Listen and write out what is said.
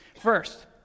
First